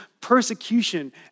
persecution